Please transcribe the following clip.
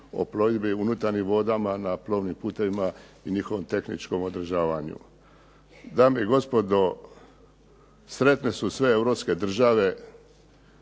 o plovidbi unutarnjim vodama na plovnim putevima i njihovom tehničkom održavanju. Dame i gospodo sretne su sve europske države